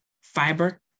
fiber